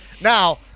now